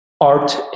art